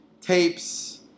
tapes